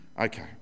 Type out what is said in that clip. Okay